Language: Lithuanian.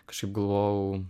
kažkaip galvojau